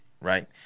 right